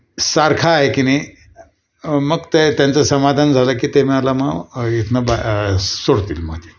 सारखा आहे की नाही मग ते त्यांचं समाधान झालं की ते मला म इथनं बा सोडतील मग ते